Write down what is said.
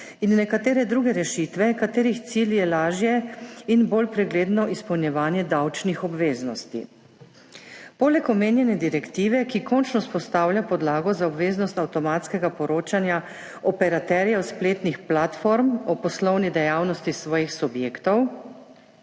in nekatere druge rešitve, katerih cilj je lažje in bolj pregledno izpolnjevanje davčnih obveznosti. Poleg omenjene direktive, ki končno vzpostavlja podlago za obveznost avtomatskega poročanja operaterjev spletnih platform o poslovni dejavnosti svojih subjektov